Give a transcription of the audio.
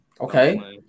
okay